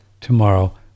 tomorrow